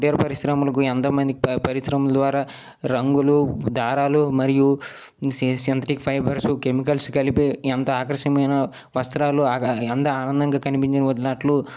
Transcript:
కుటీర పరిశ్రమలకు ఎంతో మంది ప పరిశ్రమల ద్వారా రంగులు దారాలు మరియు సింతటిక్ ఫైబర్స్ కెమికల్స్ కలిపి ఎంతో ఆకర్షణీయమైన వస్త్రాలు అంద ఆనందంగా కనిపించినట్లు